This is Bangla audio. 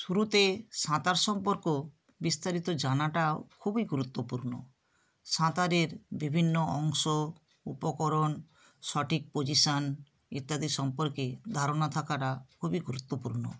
শুরুতে সাঁতার সম্পর্ক বিস্তারিত জানাটাও খুবই গুরুত্বপূর্ণ সাঁতারের বিভিন্ন অংশ উপকরণ সঠিক পজিশন ইত্যাদি সম্পর্কে ধারণা থাকাটা খুবই গুরুত্বপূর্ণ